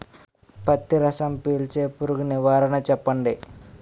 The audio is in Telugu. పత్తి రసం పీల్చే పురుగు నివారణ చెప్పండి?